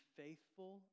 faithful